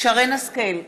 שרן השכל,